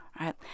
right